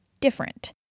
different